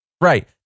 Right